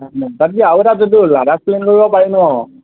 তাতকে আৰু এটা যোনটো লাডাখ প্লেন কৰিব পাৰি ন